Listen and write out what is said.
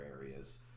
areas